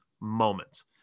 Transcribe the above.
moments